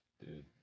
dude